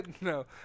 No